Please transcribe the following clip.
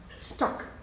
stuck